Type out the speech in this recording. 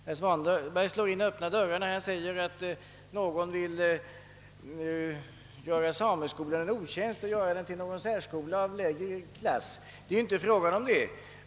Herr Svanberg slår in öppna dörrar när han påstår att någon vill göra sameskolan en otjänst genom att förvandla den till en särskola av lägre klass. Det är inte fråga om det.